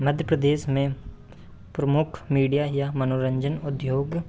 मध्य प्रदेश में प्रमुख मीडिया या मनोरंजन उद्योग